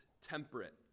temperate